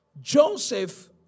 Joseph